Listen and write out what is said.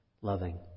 Loving